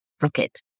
rocket